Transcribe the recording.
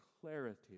clarity